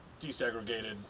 desegregated